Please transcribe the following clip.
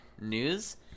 news